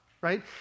right